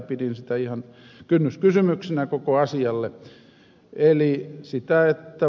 pidin sitä ihan kynnyskysymyksenä koko asialle eli